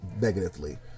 negatively